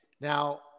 now